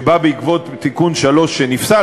שבא בעקבות תיקון 3 שנפסל,